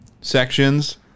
sections